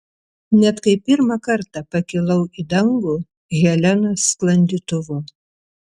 net kai pirmą kartą pakilau į dangų helenos sklandytuvu